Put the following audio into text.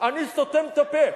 אני סותם את הפה.